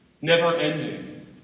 never-ending